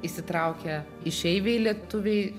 įsitraukia išeiviai lietuviai